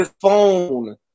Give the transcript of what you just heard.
phone